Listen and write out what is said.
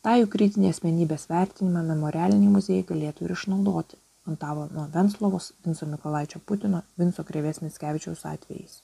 tą jų kritinį asmenybės vertinimą memorialiniai muziejai galėtų ir išnaudoti antano venclovos vinco mykolaičio putino vinco krėvės mickevičiaus atvejais